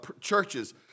churches